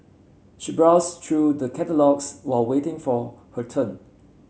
she browsed through the catalogues while waiting for her turn